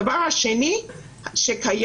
הפתרון השני שקיים,